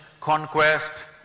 conquest